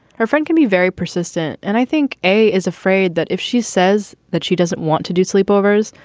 her friend can be very persistent. and i think a is afraid that if she says that she doesn't want to do sleepovers,